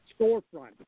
storefront